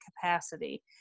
capacity